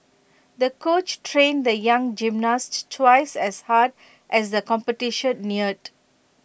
the coach trained the young gymnast twice as hard as the competition neared